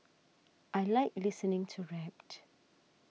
I like listening to rap